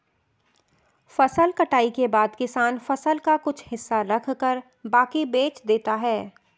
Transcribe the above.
फसल कटाई के बाद किसान फसल का कुछ हिस्सा रखकर बाकी बेच देता है